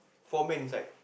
four men inside